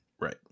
Right